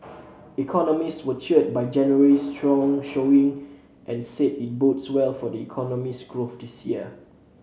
economists were cheered by January's strong showing and said it bodes well for the economy's growth this year